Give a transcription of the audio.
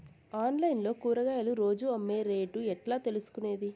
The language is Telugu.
ఆన్లైన్ లో కూరగాయలు రోజు అమ్మే రేటు ఎట్లా తెలుసుకొనేది?